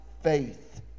faith